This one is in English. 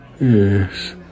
Yes